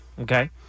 Okay